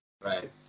Right